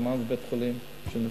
בזמן בית-חולים, כשנפצעים.